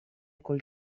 col